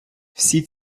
всі